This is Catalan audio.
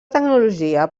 tecnologia